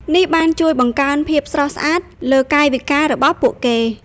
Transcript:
នេះបានជួយបង្កើនភាពស្រស់ស្អាតលើកាយវិការរបស់ពួកគេ។